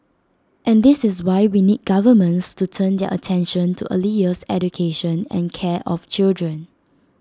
and this is why we need governments to turn their attention to early years education and care of children